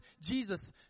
Jesus